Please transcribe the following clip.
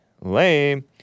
Lame